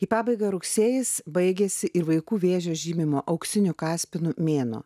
į pabaigą rugsėjis baigėsi ir vaikų vėžio žymimo auksiniu kaspinu mėnuo